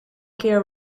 kirr